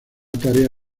tarea